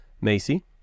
Macy